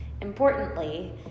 Importantly